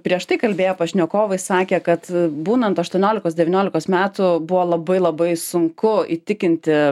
prieš tai kalbėję pašnekovai sakė kad būnant aštuoniolikos devyniolikos metų buvo labai labai sunku įtikinti